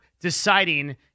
deciding